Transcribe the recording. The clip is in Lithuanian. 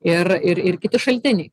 ir ir ir kiti šaltiniai